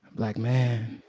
black man,